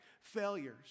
failures